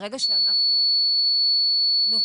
ברגע שאנחנו נותנים